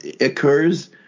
occurs